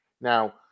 Now